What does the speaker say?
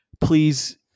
please